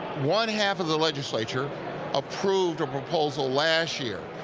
one-half of the legislature approved a proposal last year,